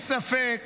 אין ספק